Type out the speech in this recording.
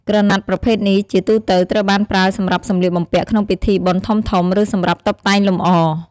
ក្រណាត់ប្រភេទនេះជាទូទៅត្រូវបានប្រើសម្រាប់សំលៀកបំពាក់ក្នុងពិធីបុណ្យធំៗ ឬសម្រាប់តុបតែងលម្អ។